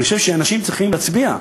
אני חושב שאנשים צריכים להצביע,